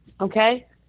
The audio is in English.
Okay